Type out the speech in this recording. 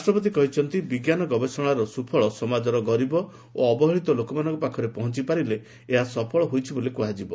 ରାଷ୍ଟ୍ରପତି କହିଛନ୍ତି ବିଜ୍ଞାନ ଗବେଷଣାର ସୁଫଳ ସମାଜର ଗରିବ ଓ ଅବହେଳିତ ଲୋକାମାନଙ୍କ ପାଖରେ ପହଞ୍ଚପାରିଲେ ଏହା ସଫଳ ହୋଇଛି ବୋଲି କୁହାଯିବ